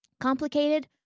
complicated